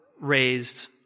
raised